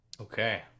Okay